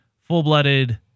full-blooded